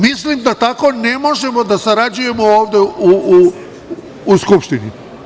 Mislim da tako ne možemo da sarađujemo ovde u Skupštini.